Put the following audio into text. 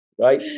Right